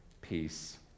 peace